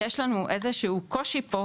יש לנו איזשהו קושי פה,